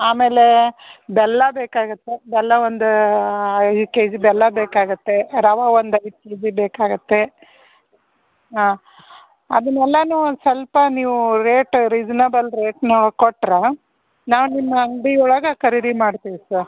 ಆಮೇಲೆ ಬೆಲ್ಲ ಬೇಕಾಗತ್ತೆ ಬೆಲ್ಲ ಒಂದು ಐದು ಕೆಜಿ ಬೆಲ್ಲ ಬೇಕಾಗತ್ತೆ ರವೆ ಒಂದು ಐದು ಕೆಜಿ ಬೇಕಾಗುತ್ತೆ ಹಾಂ ಅದನ್ನೆಲ್ಲನು ಒಂದು ಸ್ವಲ್ಪ ನೀವು ರೆಟ್ ರಿಸನೆಬಲ್ ರೆಟ್ ನಮ್ಗೆ ಕೊಟ್ರ ನಾವು ನಿಮ್ಮ ಅಂಗಡಿ ಒಳಗ ಖರೀದಿ ಮಾಡ್ತಿವಿ ಸರ್